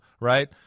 right